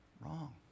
Wrong